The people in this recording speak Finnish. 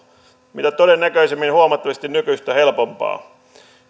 mitä todennäköisimmin huomattavasti nykyistä helpompaa